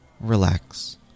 relax